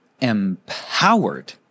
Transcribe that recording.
empowered